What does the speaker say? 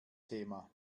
thema